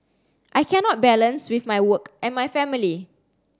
I cannot balance with my work and my family